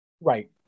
Right